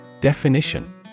Definition